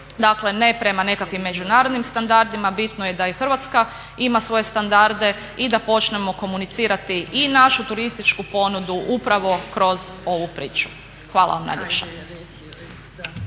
Dakle ne prema nekakvim međunarodnim standardima, bitno je da i Hrvatska ima svoje standarde i da počnemo komunicirati i našu turističku ponudu upravo kroz ovu priču. Hvala vam najljepša.